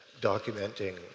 documenting